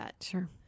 Sure